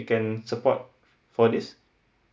you can support for this